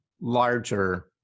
larger